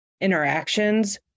interactions